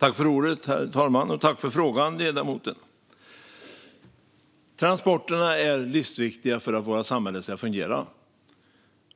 Herr talman! Tack för frågan, ledamoten! Transporterna är livsviktiga för att vårt samhälle ska fungera,